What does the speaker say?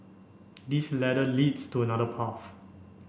this ladder leads to another path